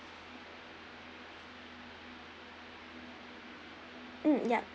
mm yup